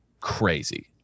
crazy